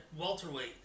welterweight